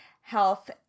health